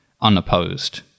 unopposed